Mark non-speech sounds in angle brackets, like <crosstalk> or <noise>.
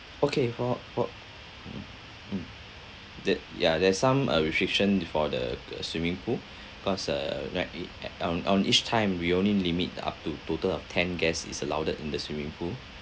okay for for mm mm that yeah there's some uh restriction for the uh swimming pool cause uh <noise> on on each time we only limit uh up to total of ten guests is allowed in the swimming pool